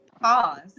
pause